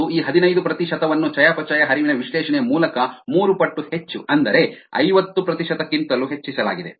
ಮತ್ತು ಈ ಹದಿನೈದು ಪ್ರತಿಶತವನ್ನು ಚಯಾಪಚಯ ಹರಿವಿನ ವಿಶ್ಲೇಷಣೆಯ ಮೂಲಕ ಮೂರು ಪಟ್ಟು ಹೆಚ್ಚು ಅಂದರೆ ಐವತ್ತು ಪ್ರತಿಶತಕ್ಕಿಂತಲೂ ಹೆಚ್ಚಿಸಲಾಗಿದೆ